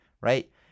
right